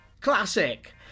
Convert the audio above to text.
Classic